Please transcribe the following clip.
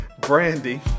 Brandy